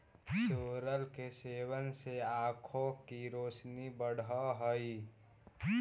सोरल के सेवन से आंखों की रोशनी बढ़अ हई